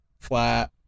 Flat